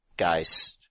guys